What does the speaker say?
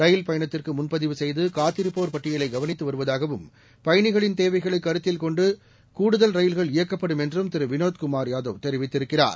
ரயில் பயணத்திற்கு முன்பதிவு செய்து காத்திருப்போர் பட்டியலை கவனித்து வருவதாகவும் பயணிகளின் தேவைகளை கருத்தில் கொண்டு கூடுதல் ரயில்கள் இயக்கப்படும் தெரிவித்திருக்கிறார்